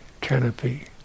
canopy